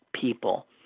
people